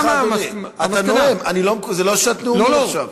סליחה, אדוני, זאת לא שעת נאומים עכשיו.